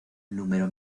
número